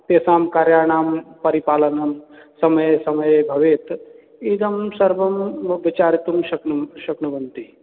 तेषां कार्याणां परिपालनं समये समये भवेत् इदं सर्वं विचारयितुं शक्नु शक्नुवन्ति